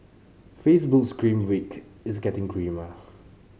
Facebook's grim week is getting grimmer